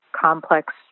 complex